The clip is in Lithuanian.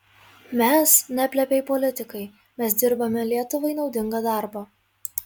mes ne plepiai politikai mes dirbame lietuvai naudingą darbą